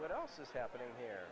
what else is happening here